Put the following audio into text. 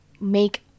make